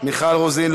מיכל רוזין,